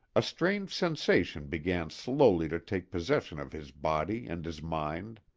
a strange sensation began slowly to take possession of his body and his mind.